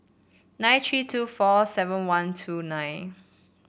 nine tree two four seven one two nine